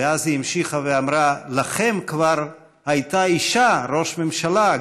ואז היא המשיכה ואמרה: לכם כבר הייתה אישה ראש ממשלה,